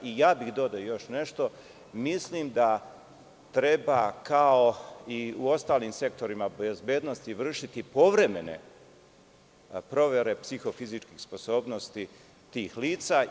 Dodao bih još nešto, mislim da treba, kao i u ostalim sektorima bezbednosti, vršiti povremene provere psihofizičkih sposobnosti tih lica.